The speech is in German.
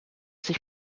sich